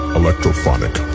electrophonic